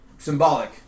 Symbolic